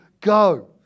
go